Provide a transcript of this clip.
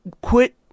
quit